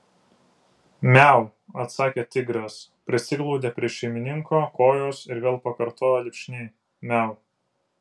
miau atsakė tigras prisiglaudė prie šeimininko kojos ir vėl pakartojo lipšniai miau